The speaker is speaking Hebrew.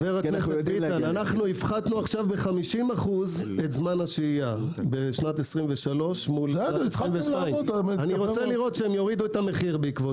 אנחנו הפחתנו ב-50% את זמן השהייה בשנת 23'. אני רוצה לראות שהם יורידו את המחיר בעקבות